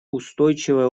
устойчивое